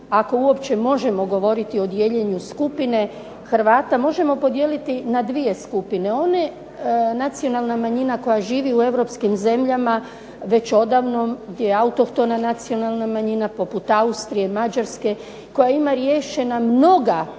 ako uopće možemo govoriti o dijeljenju skupine Hrvata, možemo podijeliti na dvije skupine, ona nacionalna manjina koja živi u Europskim zemljama već odavno je autohtona nacionalna manjina, poput Austrije, Mađarske, koja ima riješena mnoga